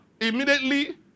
Immediately